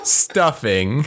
stuffing